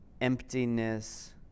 emptiness